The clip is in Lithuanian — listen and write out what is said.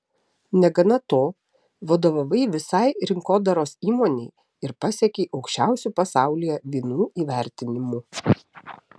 negana to vadovavai visai rinkodaros įmonei ir pasiekei aukščiausių pasaulyje vynų įvertinimų